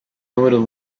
números